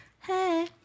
hey